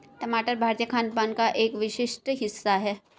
टमाटर भारतीय खानपान का एक विशिष्ट हिस्सा है